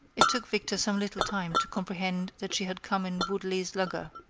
it took victor some little time to comprehend that she had come in beaudelet's lugger,